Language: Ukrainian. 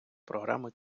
програми